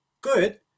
good